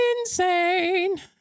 insane